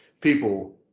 people